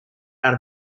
out